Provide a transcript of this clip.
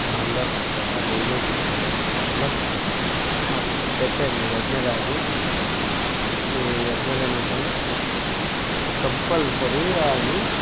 ಬಂಗಾರ ಕೊಡ್ತಾರೆ ಬೆಳ್ಳಿ ಕೊಡ್ತಾರೆ ಎಲ್ಲ ಕೊಡ್ತಾರೆ ಮತ್ತೆ ಸೆಕೆಂಡ್ ಎರಡ್ನೇದಾಗಿ ಈ ಎರಡ್ನೆದೇನಂತಂದ್ರೆ ಕಂಪಲ್ಸರಿಯಾಗಿ